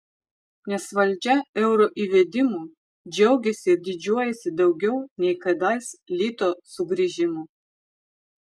nes valdžia euro įvedimu džiaugiasi ir didžiuojasi daugiau nei kadais lito sugrįžimu